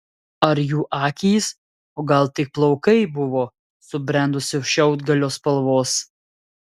ar jų akys o gal tik plaukai buvo subrendusio šiaudgalio spalvos